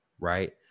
right